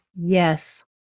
Yes